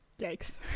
Yikes